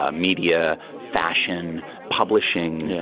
ah media, fashion, publishing, yeah